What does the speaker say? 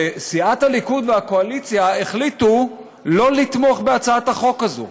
וסיעת הליכוד והקואליציה החליטו לא לתמוך בהצעת החוק הזאת.